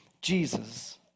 Jesus